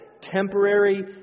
temporary